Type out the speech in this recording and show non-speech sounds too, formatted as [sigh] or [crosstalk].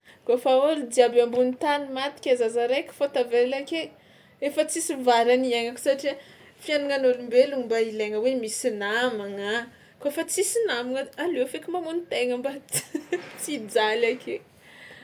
Kaofa ôlo jiaby ambony tany maty ke za za raiky fao tavela ake, efa tsisy varany ny iaignako satria fiaignanan'olombelona mba ilaigna hoe misy namagna, kaofa tsisy namagna aleo feky mamono tegna mba ts- [laughs] tsy hijaly ake.